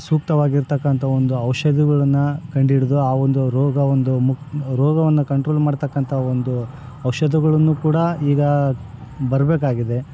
ಸೂಕ್ತವಾಗಿರ್ತಕ್ಕಂಥ ಒಂದು ಔಷಧಿಗಳನ್ನ ಕಂಡು ಹಿಡ್ದು ಆ ಒಂದು ರೋಗ ಒಂದು ಮು ರೋಗವನ್ನು ಕಂಟ್ರೋಲ್ ಮಾಡ್ತಕ್ಕಂಥ ಒಂದು ಔಷಧಗಳನ್ನು ಈಗ ಬರಬೇಕಾಗಿದೆ